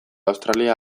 australia